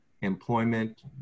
employment